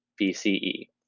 BCE